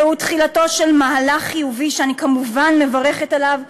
זהו תחילתו של מהלך חיובי, שאני כמובן מברכת עליו,